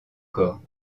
corps